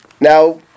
Now